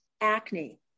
acne